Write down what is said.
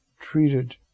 treated